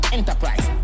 Enterprise